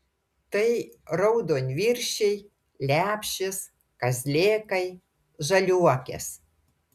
tai raudonviršiai lepšės kazlėkai žaliuokės